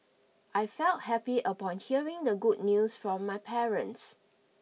I felt happy upon hearing the good news from my parents